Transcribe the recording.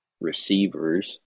receivers